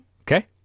Okay